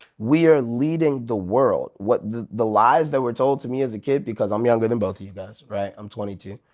we're leading the world. what the the lies that were told to me as a kid because i'm younger than both of you guys, right? i'm twenty two.